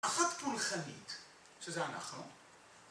פחות פולחנית, שזה אנחנו.